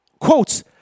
quotes